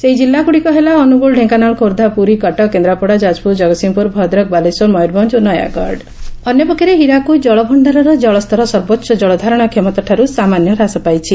ସେହି ଜିଲ୍ଲାଗୁଡ଼ିକ ହେଲା ଅନୁଗୁଳ ଡେଙ୍କାନାଳ ଖୋର୍ବ୍ଧା ପୁରୀ କଟକ କେନ୍ଦାପଡ଼ା ଯାଜପ୍ରର ଜଗତସିଂହପ୍ରର ଭଦ୍ରକ ବାଲେଶ୍ୱର ମୟରଭଞ ଓ ନୟାଗଡ଼ ହୀରାକୁଦ ଅନ୍ୟପକ୍ଷରେ ହୀରାକୁଦ କଳଭଣ୍ତାରର ଜଳସ୍ତର ସର୍ବୋଚ୍ଚ କଳ ଧାରଣା କ୍ଷମତାଠାରୁ ସାମାନ୍ୟ ହ୍ରାସ ପାଇଛି